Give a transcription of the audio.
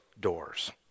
doors